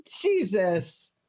Jesus